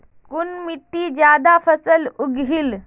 कुन मिट्टी ज्यादा फसल उगहिल?